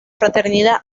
fraternidad